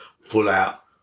full-out